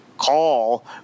call